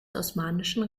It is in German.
osmanischen